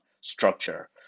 structure